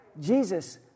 Jesus